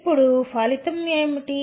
ఇప్పుడు ఫలితం ఏమిటి